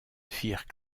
firent